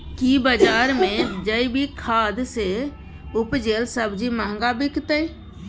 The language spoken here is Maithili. की बजार मे जैविक खाद सॅ उपजेल सब्जी महंगा बिकतै?